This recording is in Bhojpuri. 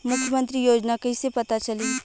मुख्यमंत्री योजना कइसे पता चली?